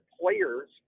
players